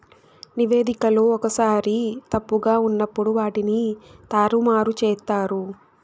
నివేదికలో ఒక్కోసారి తప్పుగా ఉన్నప్పుడు వాటిని తారుమారు చేత్తారు